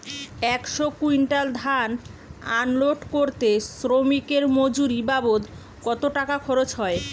একশো কুইন্টাল ধান আনলোড করতে শ্রমিকের মজুরি বাবদ কত টাকা খরচ হয়?